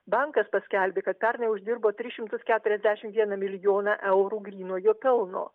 bankas paskelbė kad pernai uždirbo tris šimtus keturiasdešimt vienas milijoną eurų grynojo pelno